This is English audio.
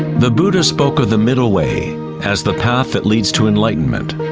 the buddha spoke of the middle way as the path that leads to enlightenment.